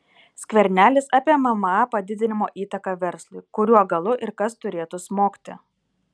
skvernelis apie mma padidinimo įtaką verslui kuriuo galu ir kas turėtų smogti